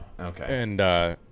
okay